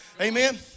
amen